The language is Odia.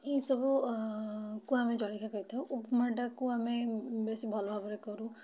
ଏହିସବୁ କୁ ଆମେ ଜଳଖିଆ କରିଥାଉ ଉପମାଟାକୁ ଆମେ ବେଶୀ ଭଲ ଭାବରେ କରୁ